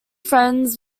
friends